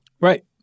Right